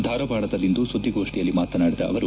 ಧಾರವಾಡದಲ್ಲಿಂದು ಸುದ್ದಿಗೋಷ್ಠಿಯಲ್ಲಿ ಮಾತನಾಡಿದ ಅವರು